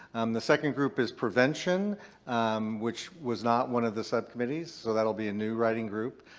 um the second group is prevention which was not one of the subcommittees. so that will be a new writing group.